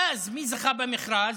ואז מי זכה במכרז?